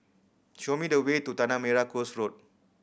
show me the way to Tanah Merah Coast Road